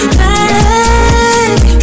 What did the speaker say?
back